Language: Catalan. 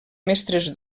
mestres